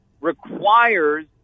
requires